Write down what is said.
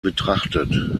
betrachtet